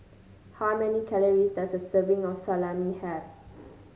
how many calories does a serving of Salami have